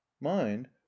mind